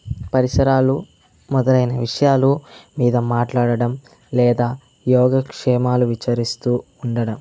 పరిసరాలు మొదలైన విషయాలు మీద మాట్లాడడం లేదా యోగక్షేమాలు విచారిస్తూ ఉండడం